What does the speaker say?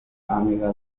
amiga